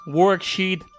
worksheet